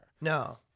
No